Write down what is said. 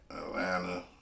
Atlanta